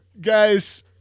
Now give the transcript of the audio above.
Guys